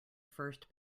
first